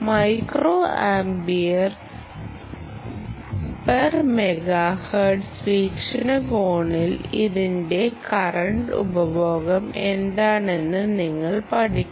micro ampere per megahertz വീക്ഷണകോണിൽ ഇതിന്റെ current ഉപഭോഗം എന്താണ് എന്ന് നിങ്ങൾ പഠിക്കണം